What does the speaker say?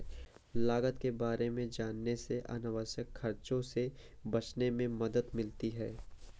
लागत के बारे में जानने से अनावश्यक खर्चों से बचने में मदद मिलती है